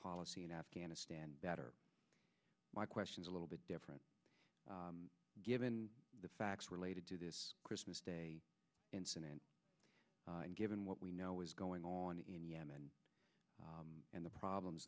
policy in afghanistan that are my questions a little bit different given the facts related to this christmas day incident given what we know is going on in yemen and the problems